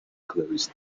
closed